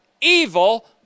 evil